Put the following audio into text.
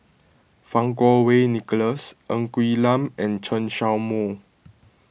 Fang Kuo Wei Nicholas Ng Quee Lam and Chen Show Mao